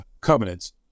covenants